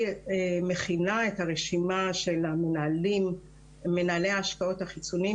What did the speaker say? כשוועדת ההשקעות מכינה את הרשימה של מנהלי ההשקעות החיצוניים